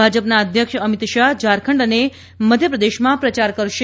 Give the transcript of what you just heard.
ભાજપના અધ્યક્ષ અમિત શાહ ઝારખંડ અને મધ્યપ્રદેશમાં પ્રચાર કરશે